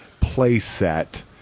playset